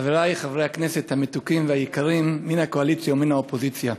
חברי חברי הכנסת המתוקים והיקרים מן הקואליציה ומן האופוזיציה,